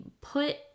put